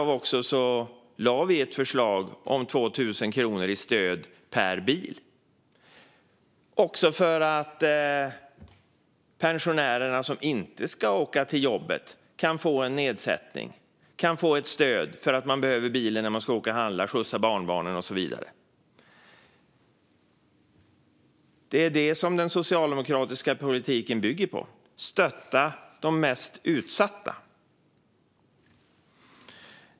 Vi lade fram ett förslag om 2 000 kronor i stöd per bil för att också pensionärer, som inte ska åka till jobbet, ska kunna få en nedsättning och ett stöd. De behöver bilen när de ska åka och handla, skjutsa barnbarnen och så vidare. Det är detta som den socialdemokratiska politiken bygger på: att stötta de mest utsatta.